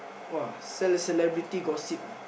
!wah! sell a celebrity gossip ah